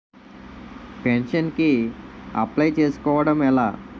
Pension కి apply చేసుకోవడం ఎలా?